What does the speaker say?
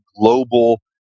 global